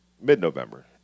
mid-November